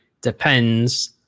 depends